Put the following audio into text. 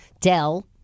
Dell